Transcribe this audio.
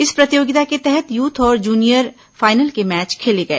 इस प्रतियोगिता के तहत यूथ और जूनियर फाइनल के मैच खेले गए